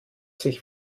sich